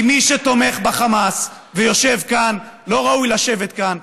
כי מי שתומך בחמאס ויושב כאן לא ראוי לשבת כאן,